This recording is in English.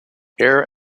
air